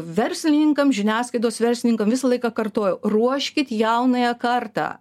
verslininkam žiniasklaidos verslininkam visą laiką kartojau ruoškit jaunąją kartą